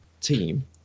team